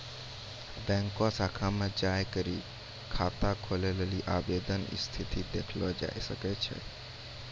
बैंको शाखा मे जाय करी क खाता खोलै के आवेदन स्थिति देखलो जाय सकै छै